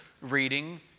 reading